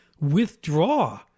withdraw